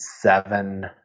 seven